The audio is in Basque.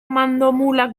mandomulak